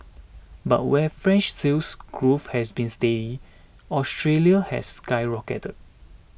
but where French Sales Growth has been steady Australia's has skyrocketed